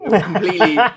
completely